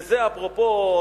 וזה אפרופו,